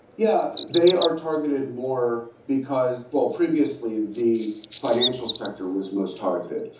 yeah they are targeted more because, well, previously the financial sector was most targeted.